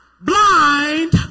Blind